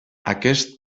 aquest